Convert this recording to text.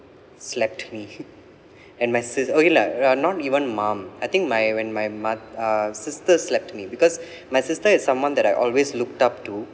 slapped me and my sis okay lah not even mum I think my when my mu~ uh sister slapped me because my sister is someone that I always looked up to